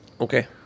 Okay